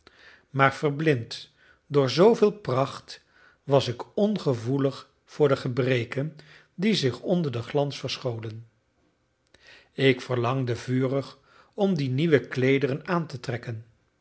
maar verblind door zooveel pracht was ik ongevoelig voor de gebreken die zich onder den glans verscholen ik verlangde vurig om die nieuwe kleederen aan te trekken